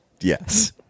Yes